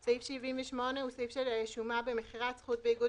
"(ז) סעיף 78," זה סעיף של שומה במכירת זכות באיגוד